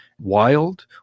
wild